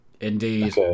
Indeed